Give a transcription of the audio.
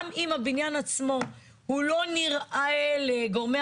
גם אם הבניין עצמו הוא לא נראה לגורמי